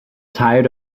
tired